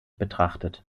betrachtet